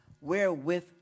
wherewith